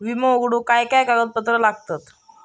विमो उघडूक काय काय कागदपत्र लागतत?